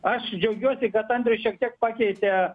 aš džiaugiuosi kad andrius šiek tiek pakeitė